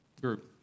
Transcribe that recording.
group